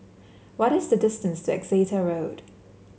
what is the distance to Exeter Road